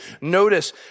notice